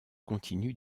continue